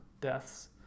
deaths